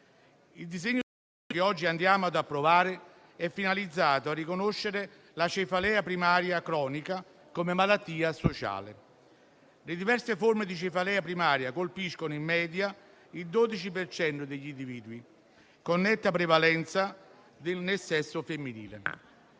di legge che oggi ci accingiamo ad approvare è finalizzato a riconoscere la cefalea primaria cronica come malattia sociale. Le diverse forme di cefalea primaria colpiscono in media il 12 per cento degli individui, con netta prevalenza nel sesso femminile.